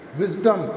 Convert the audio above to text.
wisdom